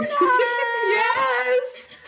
Yes